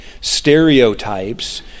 stereotypes